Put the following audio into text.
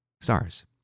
stars